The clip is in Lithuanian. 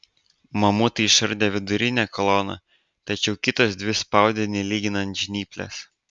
mamutai išardė vidurinę koloną tačiau kitos dvi spaudė nelyginant žnyplės